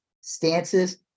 stances